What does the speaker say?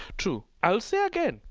true. i'll say again,